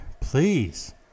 please